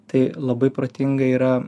tai labai protinga yra